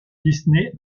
disney